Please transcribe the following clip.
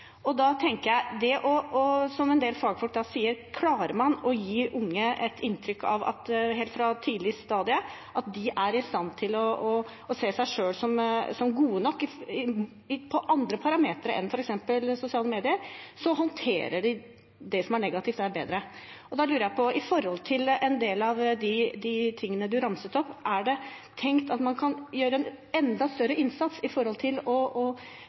Som en del fagfolk sier: Klarer man fra et helt tidlig stadium å gjøre de unge i stand til å se seg selv som gode nok ut fra andre parametere enn f. eks. sosiale medier, håndterer de det som er negativt der, bedre. Da lurer jeg på: Når det gjelder en del av de tingene statsråden ramset opp, er det tenkt at man kan gjøre en enda større innsats for å bygge selvbildet til barn og unge? Representanten er inne på et veldig viktig tema, å